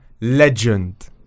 legend